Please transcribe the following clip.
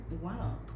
Wow